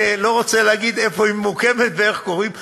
אני לא רוצה להגיד איפה היא ממוקמת ואיך קוראים לה,